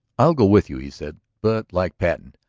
i'll go with you, he said. but, like patten,